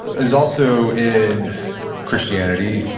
there's also in christianity,